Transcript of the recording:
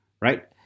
right